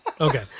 Okay